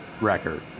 record